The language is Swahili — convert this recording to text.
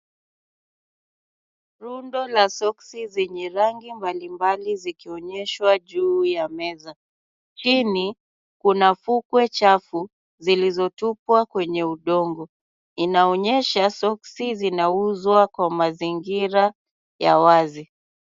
Rundo la soksi zenye rangi mbalimbali zikionyeshwa juu ya meza. Hii ni kuna vukwe chafu, zilizotupwa kwenye udongo. Inaonyesha soksi zinauzwa kwa mazingira ya wazi.